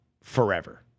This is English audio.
forever